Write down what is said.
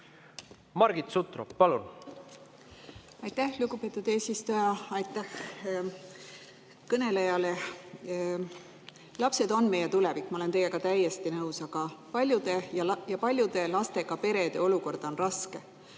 Margit Sutrop, palun!